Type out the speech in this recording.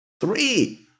Three